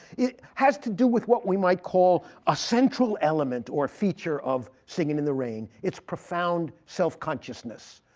it has to do with what we might call a central element or feature of singin' in the rain, its profound self-consciousness,